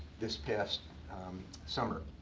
this past summer.